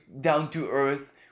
down-to-earth